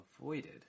avoided